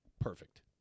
Perfect